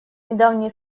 недавние